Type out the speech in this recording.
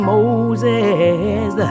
Moses